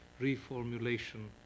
reformulation